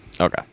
Okay